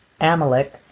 Amalek